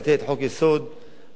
אבל ודאי שהעברתו